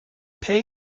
pei